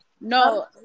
No